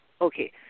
okay